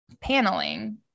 paneling